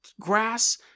grass